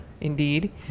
indeed